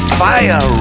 fire